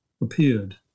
appeared